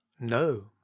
No